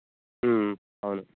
అవును